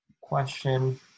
question